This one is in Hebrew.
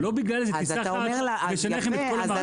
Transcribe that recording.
אבל לא בגלל זה נשנה לכם את כל המערך.